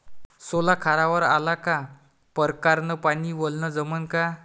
सोला खारावर आला का परकारं न पानी वलनं जमन का?